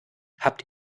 habt